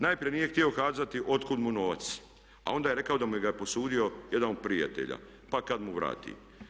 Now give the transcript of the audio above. Najprije nije htio kazati otkuda mu novac a onda je rekao da mu ga je posudio jedan od prijatelja pa kada mu vrati.